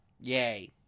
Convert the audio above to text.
Yay